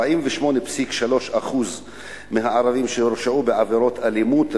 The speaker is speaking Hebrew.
48.3% מהערבים שהורשעו בעבירות אלימות,